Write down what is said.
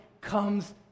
comes